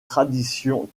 tradition